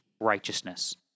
righteousness